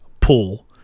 pull